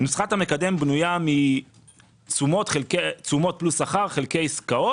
נוסחת המקדם בנויה מתשומות פלוס שכר חלקי עסקות,